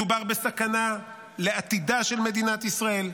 מדובר בסכנה לעתידה של מדינת ישראל,